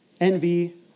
envy